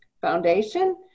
foundation